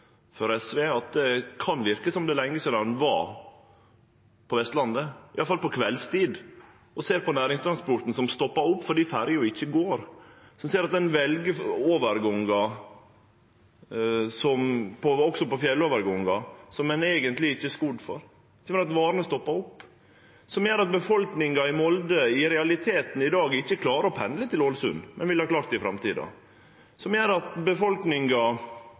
SV at det kan verke som det er lenge sidan han var på Vestlandet, i alle fall på kveldstid, og såg næringstransporten som stoppar opp fordi ferja ikkje går, og såg at ein vel overgangar, også fjellovergangar, som ein eigentleg ikkje er skodd for, som gjer at varene stoppar opp, som gjer at befolkninga i Molde i realiteten i dag ikkje klarer å pendle til Ålesund, men ville ha klart det i framtida, som gjer at befolkninga